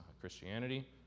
Christianity